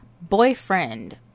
Boyfriend